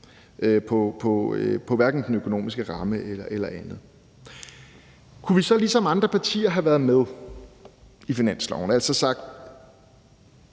på hverken den økonomiske ramme eller andet. Kunne vi så ligesom andre partier have været med i finanslovsaftalen, altså